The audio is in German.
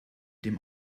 dem